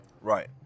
Right